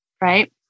right